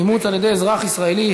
אימוץ על-ידי אזרח ישראלי),